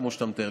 כמו שאתה מתאר,